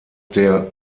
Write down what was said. der